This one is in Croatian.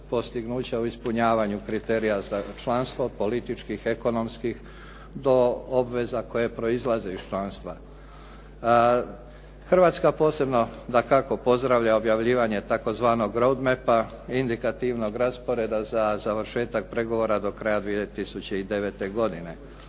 postignuća u ispunjavanju kriterija za članstvo, političkih, ekonomskih, do obveza koje proizlaze iz članstva. Hrvatska posebno, dakako pozdravlja objavljivanje tzv. …/Govornik se ne razumije./… indikativnog rasporeda za završetak pregovora do kraja 2009. godine.